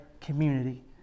community